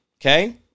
okay